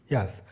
Yes